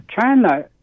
China